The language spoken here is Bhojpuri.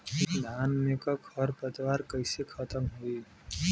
धान में क खर पतवार कईसे खत्म होई?